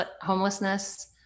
homelessness